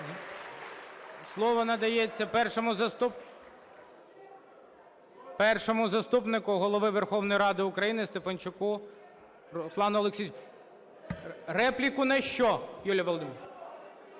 Слово надається Першому заступнику Голови Верховної Ради України Стефанчуку Руслану Олексійовичу. Репліку на що, Юлія Володимирівна?